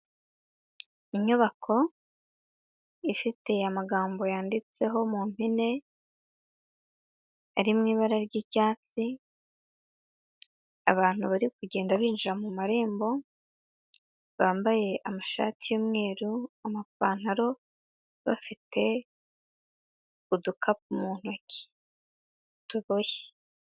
Inyubako ifite amagambo yanditseho mu mpine ari mu ibara ry'icyatsi, abantu bari kugenda binjira mu marembo bambaye amashati y'umweru, amapantaro bafite udukapu mu ntoki tuboshye.